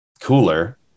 cooler